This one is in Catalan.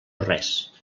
res